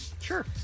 Sure